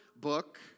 book